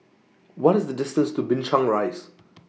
What IS The distance to Binchang Rise